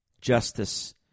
Justice